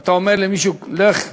שאתה אומר למישהו: לך,